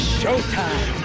showtime